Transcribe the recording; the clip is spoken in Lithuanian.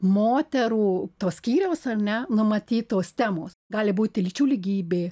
moterų to skyriaus ar ne numatytos temos gali būti lyčių lygybė